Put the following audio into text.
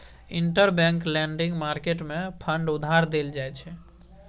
interbank lending market मे fund उधार देल जाइ छै